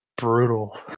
brutal